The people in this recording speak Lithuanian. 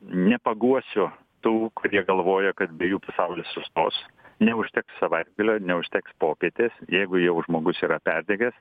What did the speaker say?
nepaguosiu tų kurie galvoja kad be jų pasaulis sustos neužteks savaitgalio neužteks popietės jeigu jau žmogus yra perdegęs